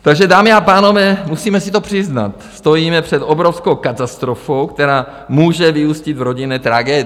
Takže, dámy a pánové, musíme si to přiznat, stojíme před obrovskou katastrofou, která může vyústit v rodinné tragédie.